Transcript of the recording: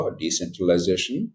decentralization